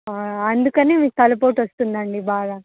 అందుకని మీకు తలపోటు వస్తుంది అండి బాగా